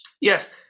Yes